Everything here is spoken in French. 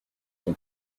ton